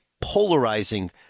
polarizing